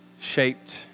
shaped